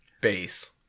base